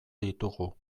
ditugu